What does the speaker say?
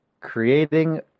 creating